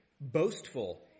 boastful